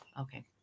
Okay